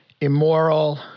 immoral